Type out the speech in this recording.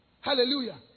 Hallelujah